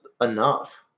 enough